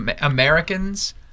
Americans